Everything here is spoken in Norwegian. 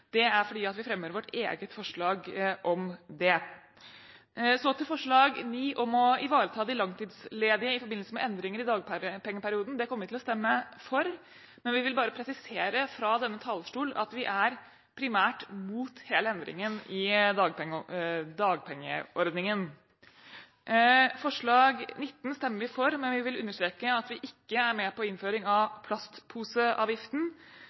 Det er fordi vi fremmer vårt eget forslag om det. Forslag til romertallsvedtak IX, om å ivareta de langtidsledige i forbindelse med endringer i dagpengeperioden, kommer vi til å stemme for, men jeg vil fra denne talerstol bare presisere at vi primært er imot hele endringen i dagpengeordningen. Forslag til romertallsvedtak XIX stemmer vi for, men jeg vil understreke at vi ikke er med på innføring